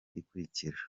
ikurikira